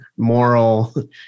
moral